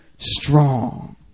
Strong